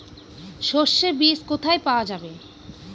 সর্ষে বিজ কোথায় পাওয়া যাবে?